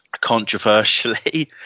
controversially